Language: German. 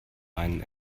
einen